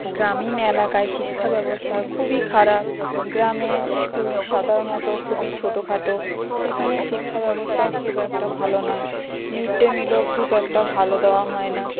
গ্রামীণ এলাকায় শিক্ষাব্যবস্থা খুবই খারাপ গ্রামে স্কুল সাধারণত খুবই ছোটখাটো সেখানে শিক্ষা ব্যবস্থাও খুব একটা ভালো নয় মিড ডে মিলও খুব একটা ভালো দেওয়া হয় না